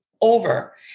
Over